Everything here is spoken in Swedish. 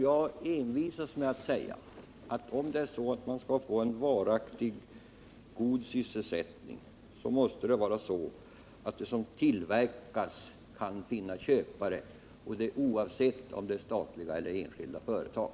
Jag envisas med att säga, Frida Berglund, att om man skall kunna få en varaktig och god sysselsättning, så måste de som tillverkar produkterna finna köpare för dem. Detta gäller oavsett om det handlar om statliga eller om enskilda företag.